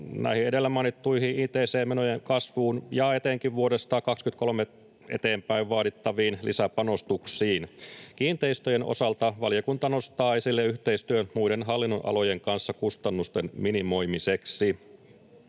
näihin edellä mainittuihin ict-menojen kasvuihin ja etenkin vuodesta 23 eteenpäin vaadittaviin lisäpanostuksiin. Kiinteistöjen osalta valiokunta nostaa esille yhteistyön muiden hallinnonalojen kanssa kustannusten minimoimiseksi.